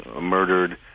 murdered